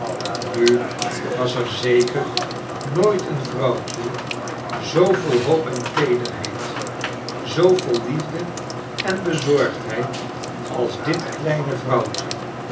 nu was er zeker nooit een vrouwtje zoo vol hoop en teerheid zoo vol liefde en bezorgdheid als dit kleine vrouwtje